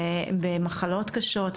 במחלות קשות,